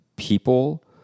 people